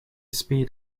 speed